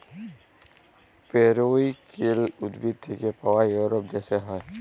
periwinkle উদ্ভিদ থাক্যে পায় ইউরোপ দ্যাশে হ্যয়